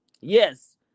yes